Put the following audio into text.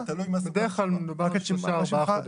בדרך כלל מדובר על כארבעה חודשים.